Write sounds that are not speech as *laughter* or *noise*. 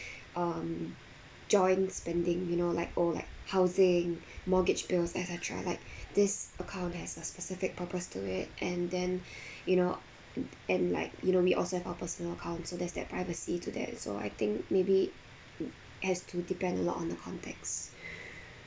um joint spending you know like oh like housing mortgage bills et cetera like this account has a specific purpose to it and then *breath* you know and like you know we also have our personal account so there's their privacy to that so I think maybe has to depend a lot on the context *breath*